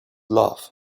love